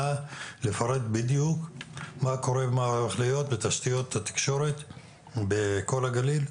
נא לפרט בדיוק מה קורה ומה הולך להיות בתשתיות התקשורת בכל הגליל.